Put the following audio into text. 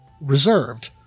reserved